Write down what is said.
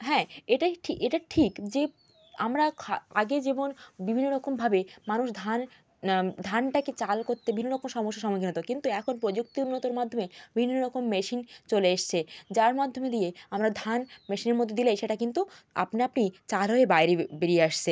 হ্যাঁ এটাই ঠিক এটা ঠিক যে আমরা আগে যেমন বিভিন্ন রকমভাবে মানুষ ধান ধানটাকে চাল করতে বিভিন্ন রকম সমস্যার সম্মুখীন হতো কিন্তু এখন প্রযুক্তি উন্নতর মাধ্যমে বিভিন্ন রকম মেশিন চলে এসেছে যার মাধ্যমে দিয়ে আমরা ধান মেশিনের মধ্যে দিলেই সেটা কিন্তু আপনা আপনি চাল হয়ে বাইরে বেরিয়ে আসছে